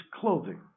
clothing